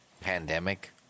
Pandemic